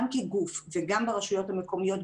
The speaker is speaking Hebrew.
גם כגוף וגם ברשויות המקומיות,